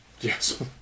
Yes